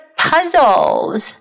puzzles